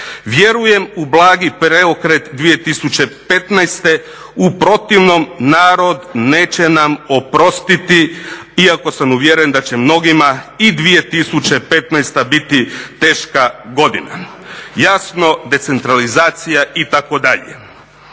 Vjerujem u blagi preokret 2015., u protivnom narod neće nam oprostiti iako sam uvjeren da će mnogima i 2015. biti teška godina, jasno decentralizacija itd.